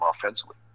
offensively